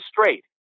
straight